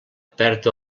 perd